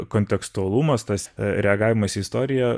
kontekstualumas tas reagavimas į istoriją